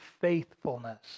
faithfulness